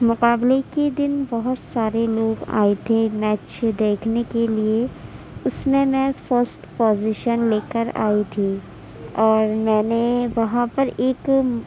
مقابلے كے دِن بہت سارے لوگ آئے تھے میچ دیكھنے كے لیے اُس میں میں فسٹ پوزیشن لے کر آئی تھی اور میں نے وہاں پر ایک